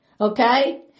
okay